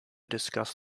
discuss